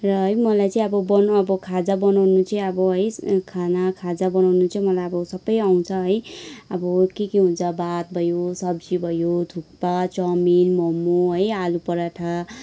र है मलाई चाहिँ अब भनौँ अब खाजा बनाउनु चाहिँ अब है खाना खाजा बनाउनु चाहिँ मलाई अब सबै आउँछ है अब के के हुन्छ भात भयो सब्जी भयो थुक्पा चाउमिन मोमो है आलुपराठा